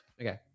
Okay